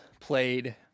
played